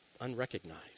unrecognized